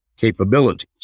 capabilities